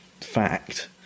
fact